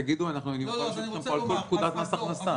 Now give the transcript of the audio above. תגידו ואנחנו נפרט לכם על כל פקודת מס הכנסה בשמחה.